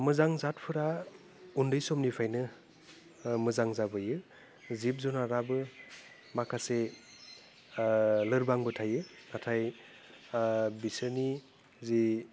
मोजां जातफोरा उन्दै समनिफ्रायनो मोजां जाबोयो जिब जुनारआबो माखासे लोरबांबो थायो नाथाय बिसोरनि जि